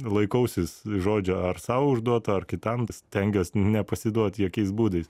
laikausi žodžio ar sau užduoto ar kitam stengiuos nepasiduot jokiais būdais